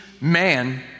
man